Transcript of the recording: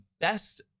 best